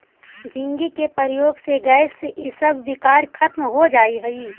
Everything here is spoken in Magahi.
झींगी के प्रयोग से गैस इसब विकार खत्म हो जा हई